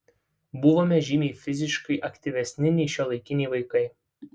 buvome žymiai fiziškai aktyvesni nei šiuolaikiniai vaikai